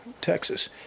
Texas